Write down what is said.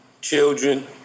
children